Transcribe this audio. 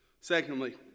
Secondly